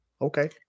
Okay